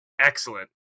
excellent